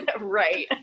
Right